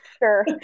Sure